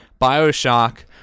Bioshock